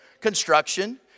Construction